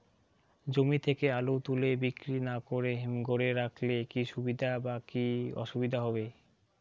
জমি থেকে আলু তুলে বিক্রি না করে হিমঘরে রাখলে কী সুবিধা বা কী অসুবিধা হবে?